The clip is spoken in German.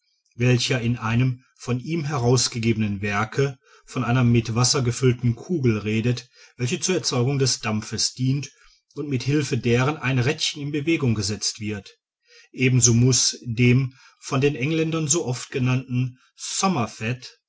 welcher in einem von ihm herausgegebenen werke von einer mit wasser gefüllten kugel redet welche zur erzeugung des dampfes dient und mit hilfe deren ein rädchen in bewegung gesetzt wird ebenso muß dem von den engländern so oft genannten